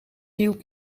hield